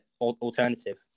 alternative